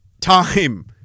time